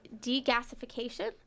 degasification